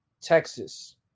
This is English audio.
Texas